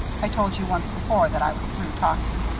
i told you once before that i was through talking.